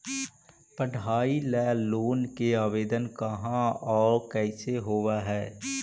पढाई ल लोन के आवेदन कहा औ कैसे होब है?